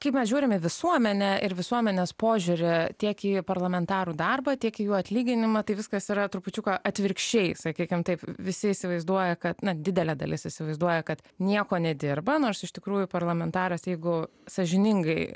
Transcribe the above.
kaip mes žiūrime visuomenę ir visuomenės požiūrio tiek į parlamentarų darbą tiek jų atlyginimą tai viskas yra trupučiuką atvirkščiai sakykime taip visi įsivaizduoja kad didelė dalis įsivaizduoja kad nieko nedirba nors iš tikrųjų parlamentaras jeigu sąžiningai